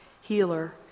healer